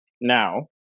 Now